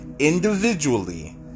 Individually